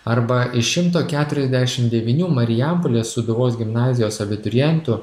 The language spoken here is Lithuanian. arba iš šimto keturiasdešimt devynių marijampolės sūduvos gimnazijos abiturientų